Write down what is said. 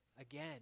again